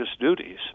duties